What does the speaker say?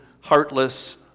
heartless